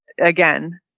again